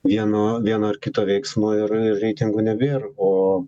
vieno vieno ar kito veiksmo ir reitingų nebėr o